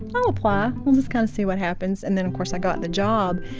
i'll apply. i'll just kind of see what happens. and then of course, i got on the job,